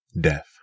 death